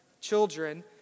children